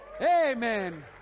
Amen